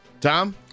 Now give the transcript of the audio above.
Tom